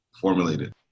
formulated